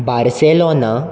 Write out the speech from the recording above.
Barcelona